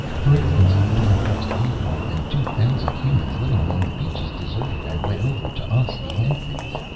for instance, during the last year more than two thousand humans living along the beaches deserted and went over to us, the amphibs.